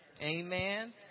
Amen